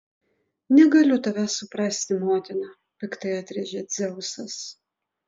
negaliu tavęs suprasti motina piktai atrėžė dzeusas